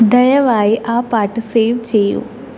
ദയവായി ആ പാട്ട് സേവ് ചെയ്യൂ